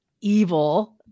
evil